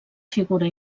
figura